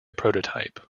prototype